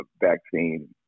vaccine